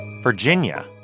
Virginia